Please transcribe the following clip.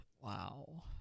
Wow